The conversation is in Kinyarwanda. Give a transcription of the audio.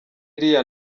iyi